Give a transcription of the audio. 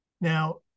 Now